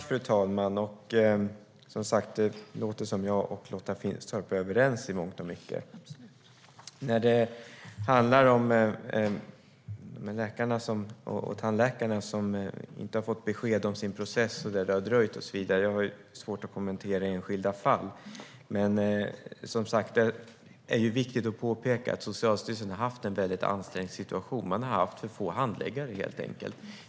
Fru talman! Det låter som att jag och Lotta Finstorp är överens i mångt och mycket. När det gäller de läkare och tandläkare som inte har fått besked och där processen har dröjt har jag svårt att kommentera enskilda fall. Men, som sagt, det är viktigt att påpeka att Socialstyrelsen har haft en väldigt ansträngd situation. Man har helt enkelt haft för få handläggare.